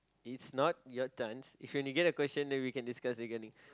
it's not your turns if when you get a question then we can discuss again